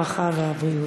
הרווחה והבריאות.